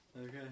Okay